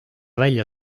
välja